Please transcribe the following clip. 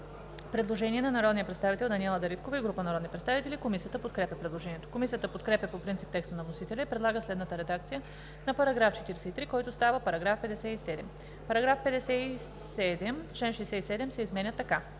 предложение от народния представител Даниела Дариткова и група народни представители. Комисията подкрепя предложението. Комисията подкрепя по принцип текста на вносителя и предлага следната редакция на § 43, който става § 57: „§ 57. Член 67 се изменя така: